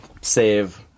save